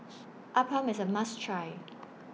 Appam IS A must Try